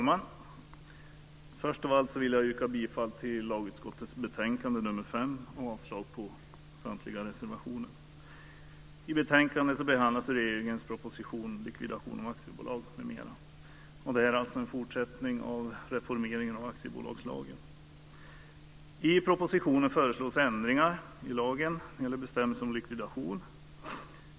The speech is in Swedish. Herr talman! Jag vill först yrka bifall till förslagen i lagutskottets betänkande nr 5 och avslag på samtliga reservationer. I betänkandet behandlas regeringens proposition Likvidation av aktiebolag m.m. Det här är alltså en fortsättning av reformeringen av aktiebolagslagen. I propositionen föreslås ändringar i lagen när det gäller bestämmelsen om likvidation.